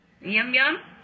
Yum-yum